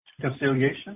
Conciliation